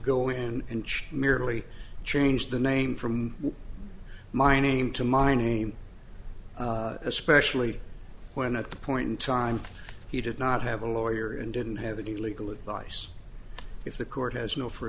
go in inch merely changed the name from my name to my name especially when at the point in time he did not have a lawyer and didn't have any legal advice if the court has no f